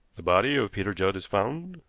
the body of peter judd is found,